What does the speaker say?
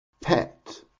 pet